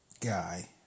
guy